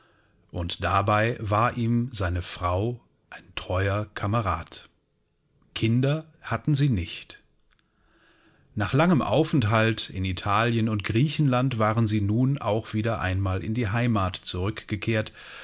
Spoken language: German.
und dabei war ihm seine frau ein treuer kamerad kinder hatten sie nicht nach langem aufenthalt in italien und griechenland waren sie nun auch wieder einmal in die heimat zurückgekehrt